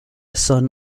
son